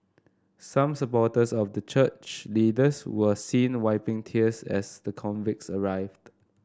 some supporters of the church leaders were seen wiping tears as the convicts arrived